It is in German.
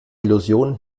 illusion